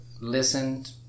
listened